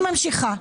אני ממשיכה.